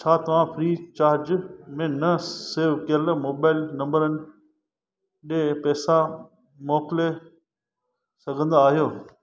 छा तव्हां free charge में न सेव कयल मोबाइल नंबरनि ॾे पैसा मोकिले सघंदा आहियो